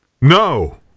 No